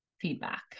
feedback